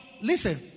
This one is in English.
listen